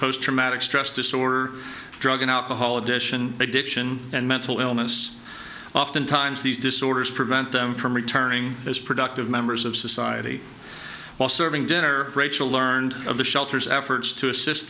post traumatic stress disorder drug and alcohol addition addiction and mental illness often times these disorders prevent them from returning as productive members of society while serving dinner rachel learned of the shelters efforts to assist